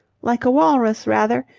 like a walrus, rather,